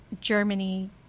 Germany